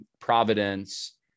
providence